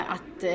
Att